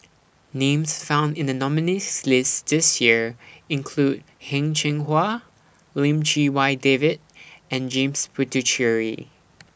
Names found in The nominees' list This Year include Heng Cheng Hwa Lim Chee Wai David and James Puthucheary